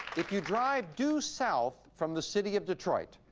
if you drive due south from the city of detroit,